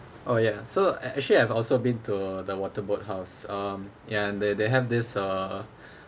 oh ya so a~ actually I've also been to the water boat house um ya and they they have this uh